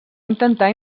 intentar